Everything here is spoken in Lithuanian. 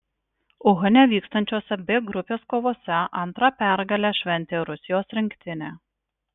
uhane vykstančiose b grupės kovose antrą pergalę šventė rusijos rinktinė